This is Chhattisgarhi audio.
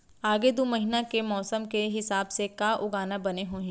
आगे दू महीना के मौसम के हिसाब से का उगाना बने होही?